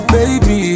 Baby